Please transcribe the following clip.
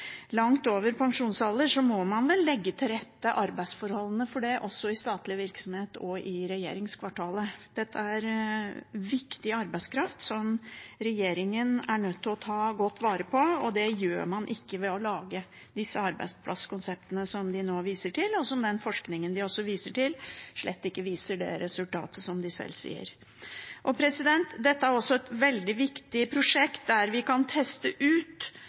langt over pensjonsalder, og da må man vel legge til rette arbeidsforholdene for det også i statlig virksomhet og i regjeringskvartalet. Dette er viktig arbeidskraft som regjeringen er nødt til å ta godt vare på, og det gjør man ikke ved å lage disse arbeidsplasskonseptene som de nå viser til, og den forskningen de også viser til, viser slett ikke det resultatet som de sjøl sier. Dette er også et veldig viktig prosjekt der vi kan teste ut